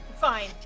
Fine